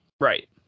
Right